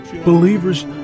believers